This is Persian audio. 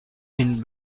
این